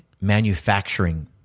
manufacturing